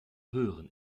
hören